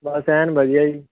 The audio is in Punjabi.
ਬਸ ਐਨ ਵਧੀਆ ਜੀ